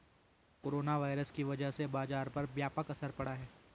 corona virus की वजह से बाजार पर व्यापक असर पड़ा था